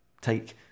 Take